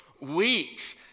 weeks